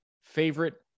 favorite